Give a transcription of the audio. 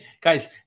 guys